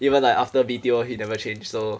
even like after B_T_O he never change so